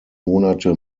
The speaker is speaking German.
monate